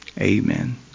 Amen